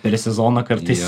per sezoną kartais